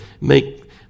make